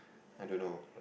I don't know